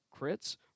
crits